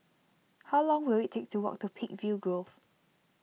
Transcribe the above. how long will it take to walk to Peakville Grove